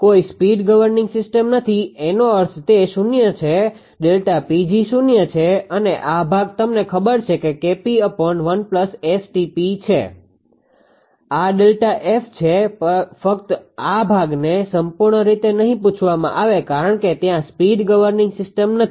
કોઈ speed governing system નથી એનો અર્થ તે શૂન્ય છે ΔPg શૂન્ય છે અને આ ભાગ તમને ખબર છે કે 𝐾𝑝1 𝑆𝑇𝑝 છે આ ΔF છે ફક્ત આ ભાગને સંપૂર્ણ રીતે નહીં પૂછવામાં આવે કારણ કે ત્યાં સ્પીડ ગવર્નીંગ સીસ્ટમ નથી